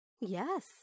Yes